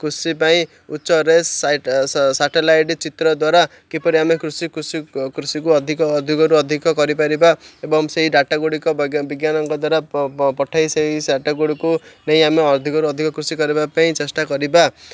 କୃଷି ପାଇଁ ଉଚ୍ଚରେ ସାଟେଲାଇଟ୍ ଚିତ୍ର ଦ୍ୱାରା କିପରି ଆମେ କୃଷି କୃଷି କୃଷିକୁ ଅଧିକ ଅଧିକରୁ ଅଧିକ କରିପାରିବା ଏବଂ ସେହି ଡାଟା ଗୁଡ଼ିକ ବିଜ୍ଞାନଙ୍କ ଦ୍ୱାରା ପଠେଇ ସେଇ ଡାଟା ଗୁଡ଼ିକୁ ନେଇ ଆମେ ଅଧିକରୁ ଅଧିକ କୃଷି କରିବା ପାଇଁ ଚେଷ୍ଟା କରିବା